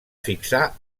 fixar